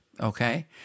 okay